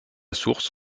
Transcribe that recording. source